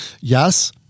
Yes